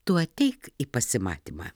tu ateik į pasimatymą